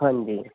ਹਾਂਜੀ